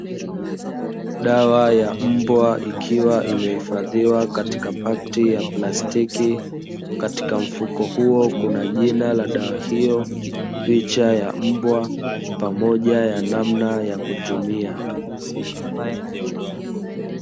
Dawa ya mbwa ikiwa imehifadhiwa katika pakiti la plastiki katika mfuko huo kuna jina la dawa hiyo, picha ya mbwa pamoja ya namna ya kutumia.